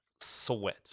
sweat